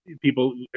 people